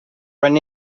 run